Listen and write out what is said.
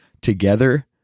together